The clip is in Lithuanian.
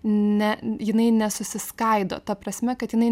ne jinai nesusiskaido ta prasme kad jinai